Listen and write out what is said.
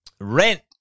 rent